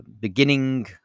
beginning